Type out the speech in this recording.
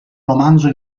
romanzo